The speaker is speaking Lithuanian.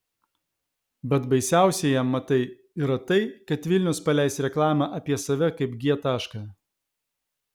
bet baisiausia jam matai yra tai kad vilnius paleis reklamą apie save kaip g tašką